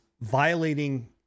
violating